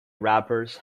rappers